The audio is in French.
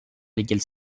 lesquels